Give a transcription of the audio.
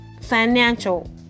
financial